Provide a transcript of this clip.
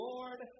Lord